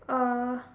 uh